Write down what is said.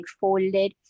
folded